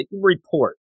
report